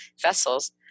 vessels